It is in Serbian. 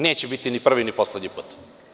Neće biti ni prvi, ni poslednji put.